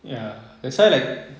ya that's why like